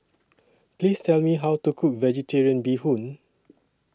Please Tell Me How to Cook Vegetarian Bee Hoon